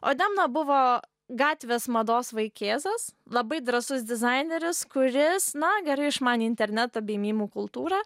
o demna buvo gatvės mados vaikėzas labai drąsus dizaineris kuris na gerai išmanė internetą bei mimų kultūrą